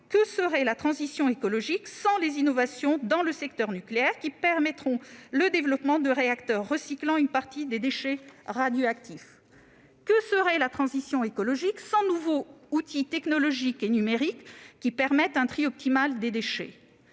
que serait la transition écologique sans les innovations dans le secteur nucléaire, qui permettront le développement de réacteurs recyclant une partie des déchets radioactifs ? Que serait la transition écologique sans les nouveaux outils technologiques et numériques permettant un tri optimal des déchets ?